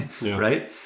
right